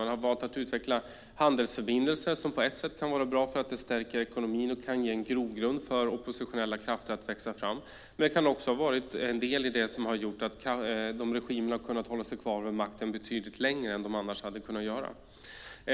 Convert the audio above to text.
Man har valt att utveckla handelsförbindelser, vilket på ett sätt kan vara bra för att det stärker ekonomin och kan ge en grogrund för oppositionella krafter att växa fram, men handelsförbindelserna kan också ha varit något som har bidragit till att regimerna har kunnat hålla sig kvar vid makten betydligt längre än de annars hade kunnat göra.